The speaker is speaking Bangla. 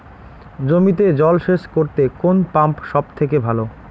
জমিতে জল সেচ করতে কোন পাম্প সেট সব থেকে ভালো?